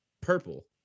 purple